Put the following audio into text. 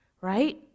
right